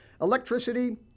Electricity